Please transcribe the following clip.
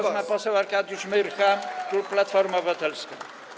Głos ma poseł Arkadiusz Myrcha, klub Platforma Obywatelska.